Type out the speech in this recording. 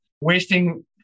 wasting